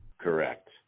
Correct